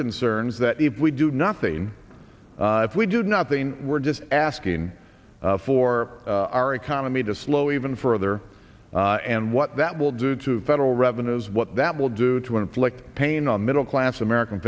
concerns that if we do nothing if we do nothing we're just asking for our economy to slow even further and what that will do to federal revenues what that will do to inflict pain on middle class american